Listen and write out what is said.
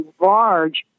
large